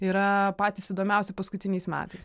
yra patys įdomiausi paskutiniais metais